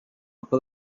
塔克